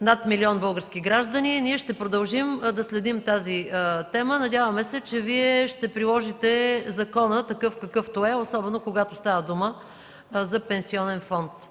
над милион български граждани, ще продължим да следим тази тема. Надяваме се, че Вие ще приложите закона такъв, какъвто е, особено когато става дума за пенсионен фонд.